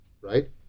right